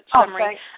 summary